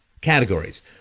categories